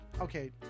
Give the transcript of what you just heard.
Okay